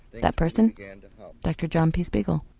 that person? and dr john p spiegel.